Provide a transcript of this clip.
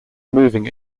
moving